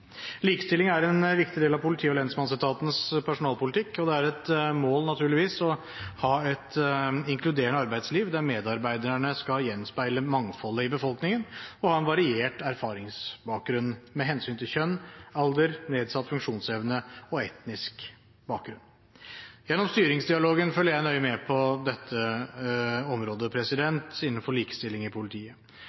Likestilling er en viktig del av politi- og lensmannsetatens personalpolitikk, og det er et mål, naturligvis, å ha et inkluderende arbeidsliv, der medarbeiderne skal gjenspeile mangfoldet i befolkningen og ha en variert erfaringsbakgrunn med hensyn til kjønn, alder, nedsatt funksjonsevne og etnisk bakgrunn. Gjennom styringsdialogen følger jeg nøye med på dette området innenfor likestilling i politiet.